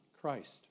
Christ